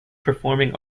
performing